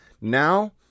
Now